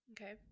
Okay